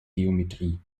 geometrie